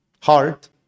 heart